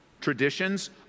traditions